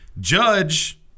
Judge